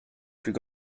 plus